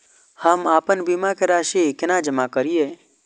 हम आपन बीमा के राशि केना जमा करिए?